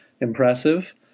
impressive